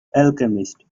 alchemist